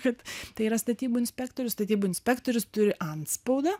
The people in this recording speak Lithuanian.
kad tai yra statybų inspektorius statybų inspektorius turi antspaudą